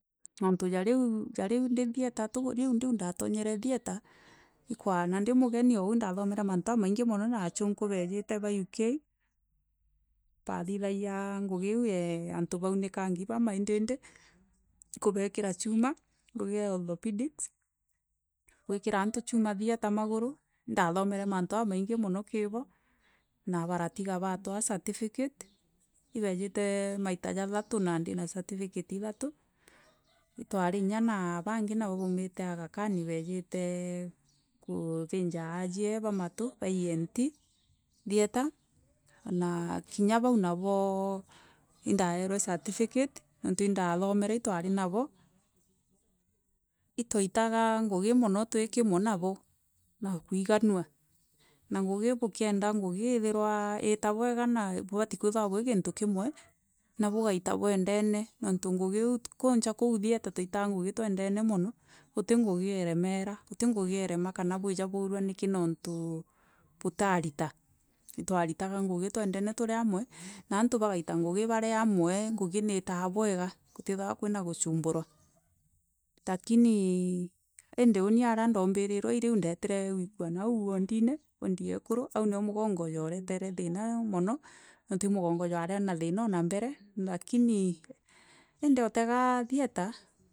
Nontû ja hû ndi thieta, riû ndatonyore thieta, ikwana ndi mûgeni aû infathomore. Mantû jamaingi mono, na achûke besire ba UK, bathithagia ngûgi iû ja. Antû baûnikangi ba maindindi, kûbekira chûma, ngûgi ya orthopindix. Gûikira antû chûma thieta magûrû, indathomere mantû jamaingi mûno kiibo, na baratya batwaa certificate. Ibesire maita jatharû na ndina certificate ithaû, itwari inya na bangi nabo baûmire. Aga Khan baisiree kijihinja asie ba marû, ba lent theatre, na kinya baû naboo indaierwe certificate. Nonû indathomore itwari nabo, ifwairaga ngûgi mono twi kimwe nabo na kwiganja na ngûgi bijkienda ngûgi ithirwaa bwega naa bisbati kwithirwa bwi kiritû kimwe na bisgaita bwenfene, nonthû ngûgi iû kwancha koû thieta twaitaga ngûgi twenfene mûno gûtii ngûgi iremera gûti ngûgi erema kana bwija bûrûa niki nontû bûfarira ifwairaga ngûgi twenfene tûri amwe na antû bakarira ngûgi bari amwe ngûgi nifaa bwega, gûtitharwa kwina gûcûmbûrwa lakini enfi ûni ara ndaûmbiriwe ihû ndairire gûikûa naû ondine ndiya ekûrû, aû nio misgongo jwarefere thina mono nonfû ni mûgonyo jwari na thina ona mbere lakini. endi orega thietaa na mûgongo jwina thina o na mbere, aû nio ndoremerwe ûondine. Wondi nao yaûmire nirio yesire iraûma bûrû endii thieta ntaari a thina nontû ngori ira nyingi thieta ifaarû chia ûkwama ichia korûnyama nontû mya mûntû akithirijûa ngûri baatwi gari kûrûngama kûthaania ngûri yakwa yaari kûthaogania kiritû kira jikwenfekana, ndaktari na mbithirwe ndi aû bathamba bathamba njara koû gwitagwa gûscrab bathamba njara agikira gown nomwanka mbithirwa ndiraû kenda mûkûndika naû nyûma mogera misibi na behira bakienda ginrû ngatûmwa nkaathaanania. Iû nio ngûgi yari yekwa na indamiendere mûno nontû indamifire bwega tûracûmbûrana infari ndikûmenya kûaa mwasire oxygen indari ndikûmenya ûtûmira maani iû a thieta